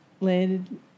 landed